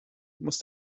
muss